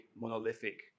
monolithic